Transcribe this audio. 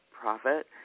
profit